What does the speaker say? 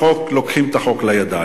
רבים שלוקחים את החוק לידיים.